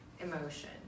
Emotion